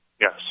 Yes